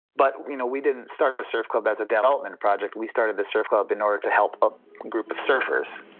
but we you know we didn't start the surf club as a development project, we started the surf club in order to help a group of surfers.